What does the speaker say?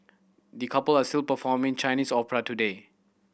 the couple are still performing Chinese opera today